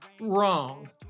wrong